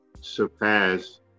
surpass